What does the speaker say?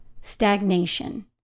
stagnation